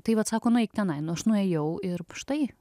tai vat sako nueik tenai nu aš nuėjau ir štai